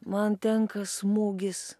man tenka smūgis